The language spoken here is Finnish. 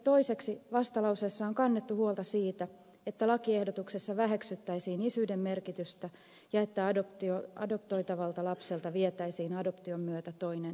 toiseksi vastalauseessa on kannettu huolta siitä että lakiehdotuksessa väheksyttäisiin isyyden merkitystä ja että adoptoitavalta lapselta vietäisiin adoption myötä toinen vanhempi